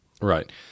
Right